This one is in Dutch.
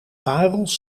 parels